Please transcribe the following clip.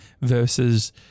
versus